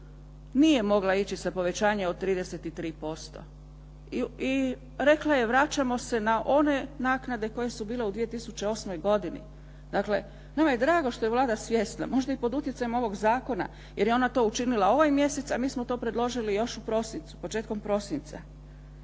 nije mogla ići sa povećanjem od 33% i rekla je vraćamo se na one naknade koje su bile u 2008. godini. Dakle, nama je drago što je Vlada svjesna, možda i pod utjecajem ovog zakona jer je ona to učinila ovaj mjesec, a mi smo to predložili još u prosincu, početkom prosinca.